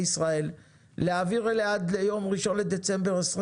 ישראל להעביר אליה עד ליום 1 בדצמבר 2021